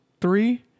three